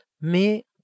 mais